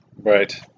Right